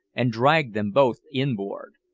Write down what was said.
and dragged them both inboard.